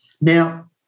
Now